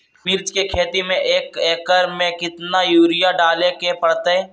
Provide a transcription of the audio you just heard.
मिर्च के खेती में एक एकर में कितना यूरिया डाले के परतई?